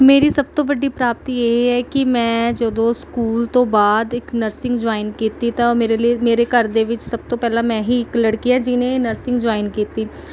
ਮੇਰੀ ਸਭ ਤੋਂ ਵੱਡੀ ਪ੍ਰਾਪਤੀ ਇਹ ਹੈ ਕਿ ਮੈਂ ਜਦੋਂ ਸਕੂਲ ਤੋਂ ਬਾਅਦ ਇੱਕ ਨਰਸਿੰਗ ਜੁਆਇਨ ਕੀਤੀ ਤਾਂ ਮੇਰੇ ਲਈ ਮੇਰੇ ਘਰ ਦੇ ਵਿੱਚ ਸਭ ਤੋਂ ਪਹਿਲਾ ਮੈਂ ਹੀ ਇੱਕ ਲੜਕੀ ਹੈ ਜਿਹਨੇ ਨਰਸਿੰਗ ਜੁਆਇਨ ਕੀਤੀ